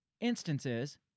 instances